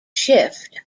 shift